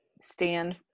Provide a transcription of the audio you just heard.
stand